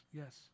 yes